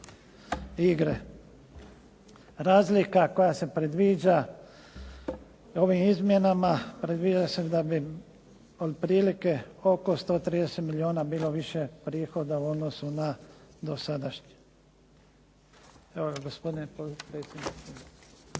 igre. Razlika koja se predviđa ovim izmjenama predviđa se da bi otprilike oko 130 milijuna bilo više prihoda u odnosu na dosadašnje. **Šeks, Vladimir